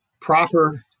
proper